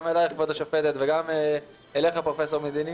גם אליך כבוד השופטת וגם אליך פרופ' מידני